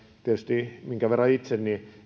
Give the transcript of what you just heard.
tietysti minkä verran itse